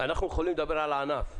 אנחנו יכולים לדבר על הענף.